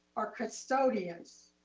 or custodians